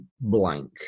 blank